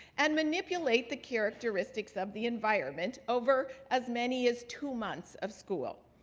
and manipulate the characteristics of the environment over as many as two months of school.